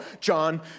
John